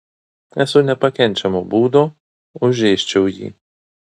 esu nepakenčiamo būdo užėsčiau jį